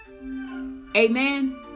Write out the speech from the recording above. Amen